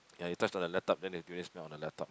ya you touch the laptop then the durian smell on the laptop